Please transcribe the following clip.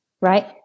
right